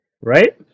right